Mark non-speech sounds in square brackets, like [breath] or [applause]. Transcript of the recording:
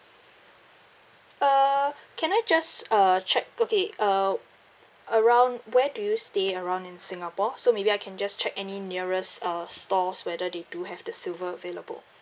uh [breath] can I just uh check okay uh around where do you stay around in singapore so maybe I can just check any nearest uh stores whether they do have the silver available